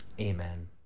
amen